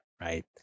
right